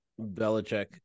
Belichick